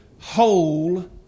whole